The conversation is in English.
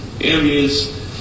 areas